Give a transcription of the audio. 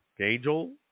angel